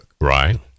right